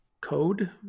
code